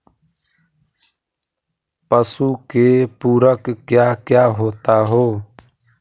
पशु के पुरक क्या क्या होता हो?